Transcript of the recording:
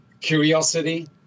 curiosity